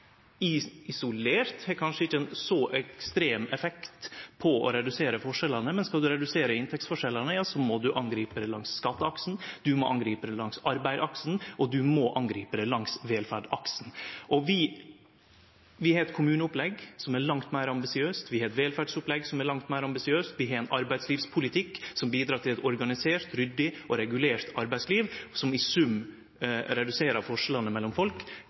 har, isolert sett, kanskje ikkje ein så ekstrem effekt når det gjeld å redusere forskjellane, men skal ein redusere inntektsforskjellane, må ein angripe det langs skatteaksen, ein må angripe det langs arbeidsaksen, og ein må angripe det langs velferdsaksen. Og vi har eit kommuneopplegg som er langt meir ambisiøst, vi har eit velferdsopplegg som er langt meir ambisiøst, og vi har ein arbeidslivspolitikk som bidreg til eit organisert, ryddig og regulert arbeidsliv, som i sum reduserer forskjellane mellom folk